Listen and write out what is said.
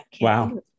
Wow